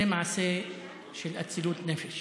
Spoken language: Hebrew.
זה מעשה של אצילות נפש.